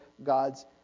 God's